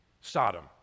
Sodom